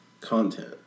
Content